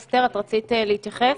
אסתר, את רצית להתייחס?